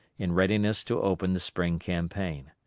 in readiness to open the spring campaign.